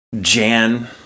Jan